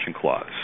clause